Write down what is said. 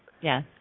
Yes